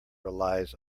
relies